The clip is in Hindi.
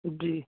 जी